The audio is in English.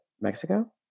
Mexico